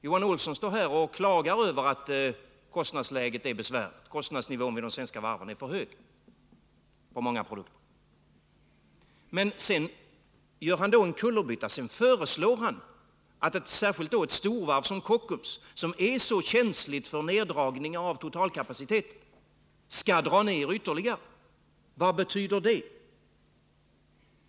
Johan Olsson står här och klagar över att kostnadsnivån vid de svenska varven är för hög på många produkter. Men sedan gör han en kullerbytta — han föreslår att särskilt ett storvarv som Kockums, som är så känsligt för neddragningar av totalkapaciteten, skall dra ner ytterligare. Vad betyder det?